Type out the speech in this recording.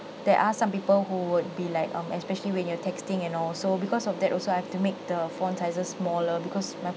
there are some people who would be like um especially when you're texting and also because of that also I have to make the font sizes smaller because my